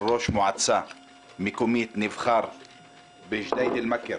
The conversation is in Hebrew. ראש מועצה מקומית נבחר בג'דיידה מכר,